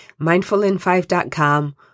MindfulIn5.com